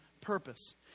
purpose